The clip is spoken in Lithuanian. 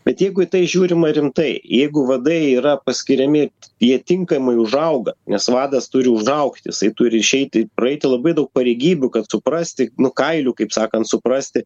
bet jeigu į tai žiūrima rimtai jeigu vadai yra paskiriami jie tinkamai užauga nes vadas turi užaugti jisai turi išeiti praeiti labai daug pareigybių kad suprasti nu kailiu kaip sakant suprasti